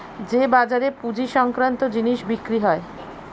যে বাজারে পুঁজি সংক্রান্ত জিনিস বিক্রি হয়